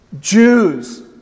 Jews